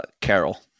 Carol